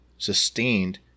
sustained